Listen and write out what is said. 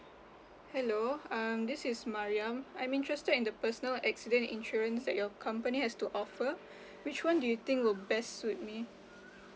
hello um this is mariam I'm interested in the personal accident insurance that your company has to offer which [one] do you think would best suit me